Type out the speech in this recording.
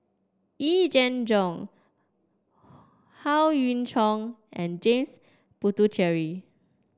Yee Jenn Jong Howe Yoon Chong and James Puthucheary